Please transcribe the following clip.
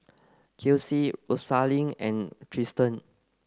Kelsie Rosalyn and Triston